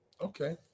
Okay